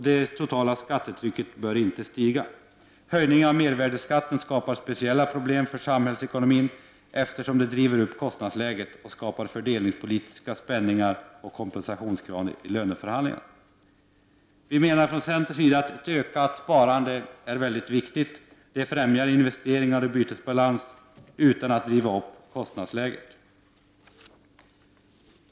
Det totala skattetrycket bör inte stiga. Höjningar av mervärdeskatten skapar speciella problem för samhälls ekonomin, eftersom det driver upp kostnadsläget och skapar fördelningspolitiska spänningar och kompensationskrav i löneförhandlingarna. Vi från centern menar att ett ökat privatsparande är viktigt — det främjar investeringar och bytesbalans utan att driva upp kostnadsläget.